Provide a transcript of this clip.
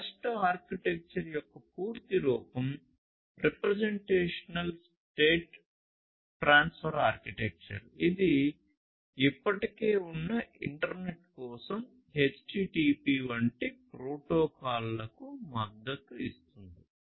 REST architecture యొక్క పూర్తి రూపం రిప్రజెంటేషనల్ స్టేట్ ట్రాన్స్ఫర్ ఆర్కిటెక్చర్ ఇది ఇప్పటికే ఉన్న ఇంటర్నెట్ కోసం http వంటి ప్రోటోకాల్లకు మద్దతు ఇస్తుంది